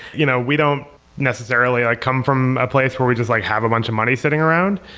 you know we don't necessarily i come from a place where we just like have a bunch of money sitting around.